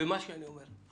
וכך אמרתי להורים אתמול.